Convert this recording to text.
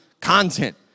content